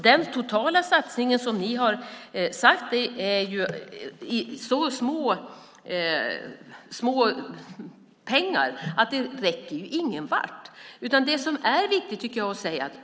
Den totala satsningen från er handlar om så små pengar att det inte räcker någonstans.